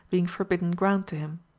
being forbidden ground to him.